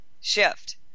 shift